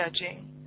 judging